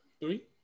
Three